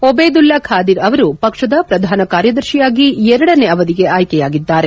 ಓಬೇದುಲ್ಲಾ ಖಾದೀರ್ ಅವರು ಪಕ್ಷದ ಪ್ರಧಾನ ಕಾರ್ಯದರ್ಶಿಯಾಗಿ ಎರಡನೇ ಅವಧಿಗೆ ಆಯ್ಲೆಯಾಗಿದ್ದಾರೆ